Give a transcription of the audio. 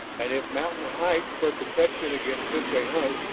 and if mountain heights were protection against such a hunt,